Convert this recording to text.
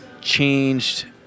changed